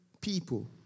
people